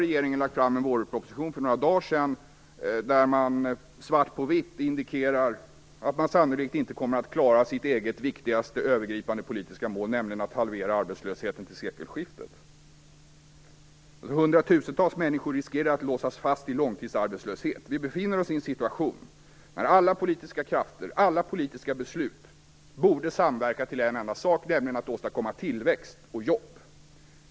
Regeringen lade för några dagar sedan fram en vårproposition i vilken det svart på vitt indikeras att det egna viktigaste politiska målet, nämligen att halvera arbetslösheten till sekelskiftet, sannolikt inte kommer att kunna uppnås. 100 000-tals människor riskerar att låsas fast i långtidsarbetslöshet. Vi befinner oss i en situation där alla politiska krafter och alla politiska beslut borde samverka till en enda sak - att åstadkomma tillväxt och jobb.